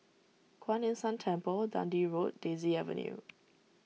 Kuan Yin San Temple Dundee Road Daisy Avenue